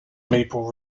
maple